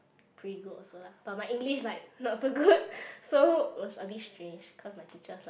pretty good also lah but my English is like not so good so was a bit strange cause my teacher's like